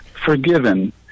forgiven